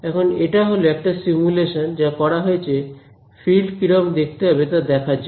এখন এটা হল একটা সিমুলেশন যা করা হয়েছে ফিল্ড কিরকম দেখতে হবে তা দেখার জন্য